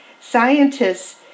Scientists